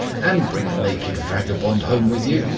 and bring a naked vagabond home with you.